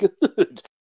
good